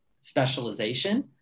specialization